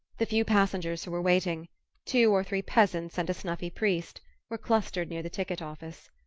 the few passengers who were waiting two or three peasants and a snuffy priest were clustered near the ticket-office.